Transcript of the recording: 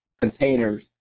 containers